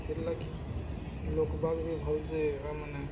ସେଥିର୍ ଲାଗି ଲୋକବାଗ ବି ଭଲ୍ସେ ଆ ମାନେ